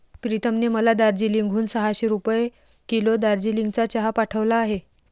प्रीतमने मला दार्जिलिंग हून सहाशे रुपये किलो दार्जिलिंगचा चहा पाठवला आहे